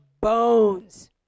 bones